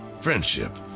friendship